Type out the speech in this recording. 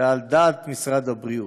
ועל דעת משרד הבריאות.